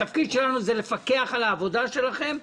התפקיד שלנו זה לפקח על העבודה שלכם,